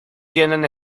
tienen